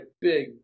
big